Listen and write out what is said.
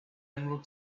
emerald